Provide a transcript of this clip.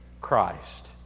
Christ